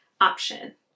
option